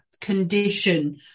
condition